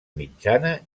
mitjana